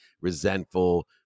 resentful